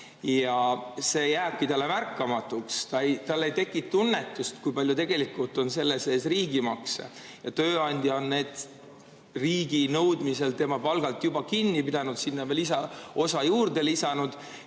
See jääbki talle märkamatuks. Tal ei teki tunnetust, kui palju tegelikult on selle sees riigimakse, aga tööandja on need riigi nõudmisel tema palgalt juba kinni pidanud, sinna veel osa juurde lisanud.